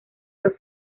dos